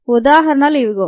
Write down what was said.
ఉదాహరణలు ఇవిగో